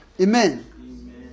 Amen